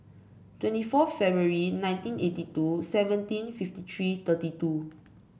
twenty four February nineteen eighty two seventeen fifty three thirty two